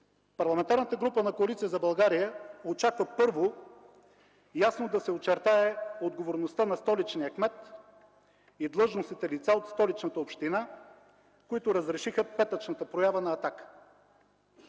Парламентарната група на Коалиция за България очаква: Първо, ясно да се очертае отговорността на столичния кмет и длъжностните лица от Столичната община, които разрешиха петъчната проява на „Атака”.